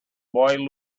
boy